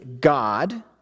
God